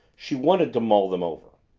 she wanted to mull them over